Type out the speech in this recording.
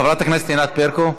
חברת הכנסת ענת ברקו.